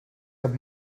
have